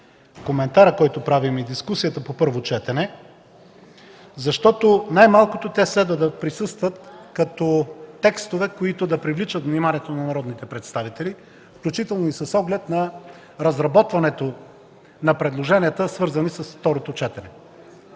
дискусията, която правим на първо четене, защото най-малкото те трябва да присъстват като текстове, които да привличат вниманието на народните представители, включително и с оглед на разработването на предложенията, свързани с второто четене.